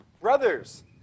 Brothers